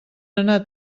anar